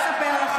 שמעתי.